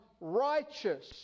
righteous